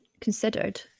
considered